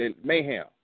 mayhem